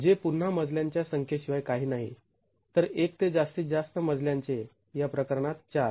j पुन्हा मजल्यांच्या संख्येशिवाय काही नाही तर एक ते जास्तीत जास्त मजल्यांचे या प्रकरणात ४